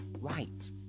right